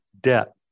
debt